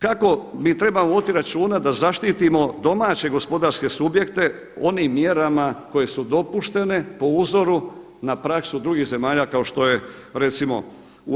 Kako mi trebamo voditi računa da zaštitimo domaće gospodarske subjekte onim mjerama koje su dopuštene po uzoru na praksu drugih zemalja kao što je recimo u EU.